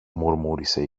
μουρμούρισε